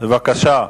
בבקשה.